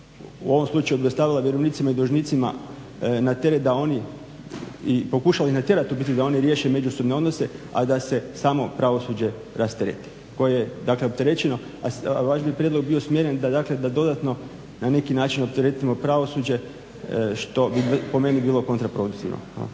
u ovom slučaju je ostavila vjerovnicima i dužnicima na teret da oni i pokušala ih natjerat u biti da oni riješe međusobne odnose, a da se samo pravosuđe rastereti koje je dakle opterećeno. A vaš bi prijedlog bio usmjeren da dodatno na neki način opteretimo pravosuđe što bi po meni bilo kontra produktivno.